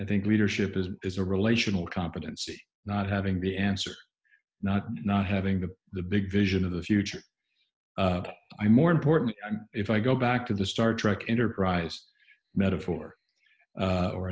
i think leadership is is a relational competency not having the answer not not having to the big vision of the future i more important if i go back to the star trek enterprise metaphor